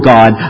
God